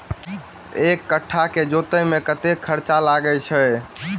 एक कट्ठा केँ जोतय मे कतेक खर्चा लागै छै?